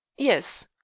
yes.